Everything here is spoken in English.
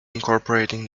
incorporating